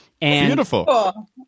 Beautiful